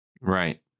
Right